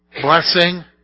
blessing